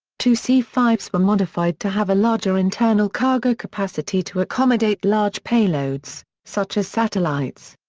two c five s were modified to have a larger internal cargo capacity to accommodate large payloads, such as satellites.